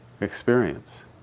experience